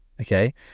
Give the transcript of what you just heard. Okay